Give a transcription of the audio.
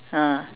ah